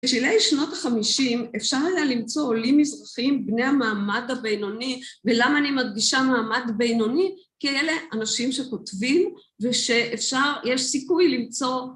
בשלהי שנות החמישים אפשר היה למצוא עולים מזרחיים, בני המעמד הבינוני, ולמה אני מדגישה מעמד בינוני? כי אלה אנשים שכותבים ושאפשר, יש סיכוי למצוא